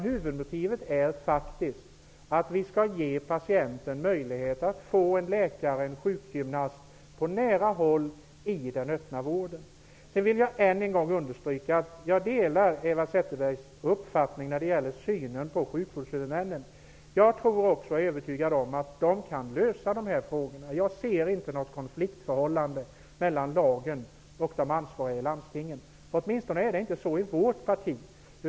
Huvudmotivet är faktiskt att vi skall ge patienten möjlighet att få en läkare eller sjukgymnast på nära håll i den öppna vården. Sedan vill jag än en gång understryka att jag delar Eva Zetterbergs uppfattning när det gäller synen på sjukvårdshuvudmännen. Jag är också övertygad om att de kan lösa dessa frågor. Jag ser inte något konfliktförhållande mellan lagen och de ansvariga i landstingen. Åtminstone är det inte så i vårt parti.